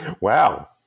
Wow